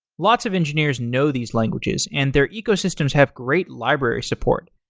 lots of engineers know these languages, and their ecosystems have great library support.